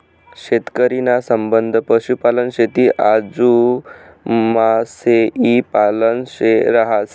शेतकरी ना संबंध पशुपालन, शेती आजू मासोई पालन शे रहास